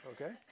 okay